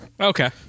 Okay